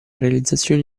realizzazione